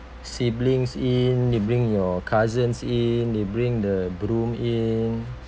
siblings in they bring your cousins in they bring the broom in